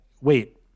wait